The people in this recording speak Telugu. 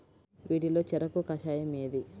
వీటిలో చెరకు కషాయం ఏది?